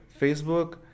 Facebook